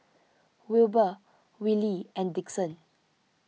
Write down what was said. Wilber Willie and Dixon